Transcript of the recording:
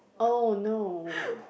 oh no